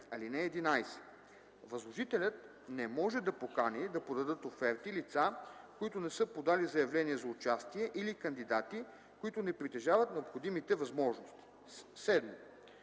(11) Възложителят не може да покани да подадат оферти лица, които не са подали заявление за участие, или кандидати, които не притежават необходимите възможности.” 7.